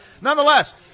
nonetheless